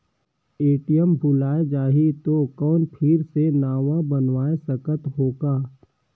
ATM भुलाये जाही तो कौन फिर से नवा बनवाय सकत हो का?